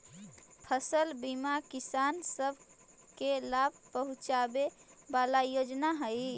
फसल बीमा किसान सब के लाभ पहुंचाबे वाला योजना हई